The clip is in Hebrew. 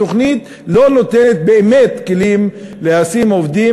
התוכנית לא נותנת באמת כלים לשים עובדים